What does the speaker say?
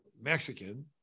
Mexican